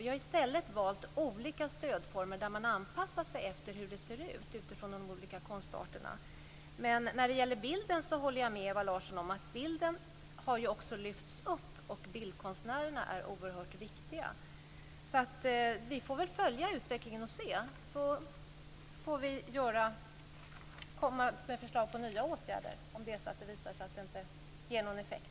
Vi har i stället valt olika stödformer där man anpassar sig efter hur det ser ut för de olika konstarterna. Men när det gäller bilden håller jag med Ewa Larsson om att bilden har lyfts fram, och bildkonstnärerna är oerhört viktiga. Vi får väl följa utvecklingen och se vad som händer. Vi får komma med förslag till nya åtgärder om det är så att det visar sig att det inte ger någon effekt.